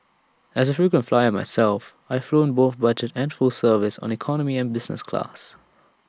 as A frequent flyer myself I've flown both budget and full service on economy and business class